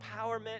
empowerment